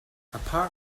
apart